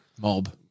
Mob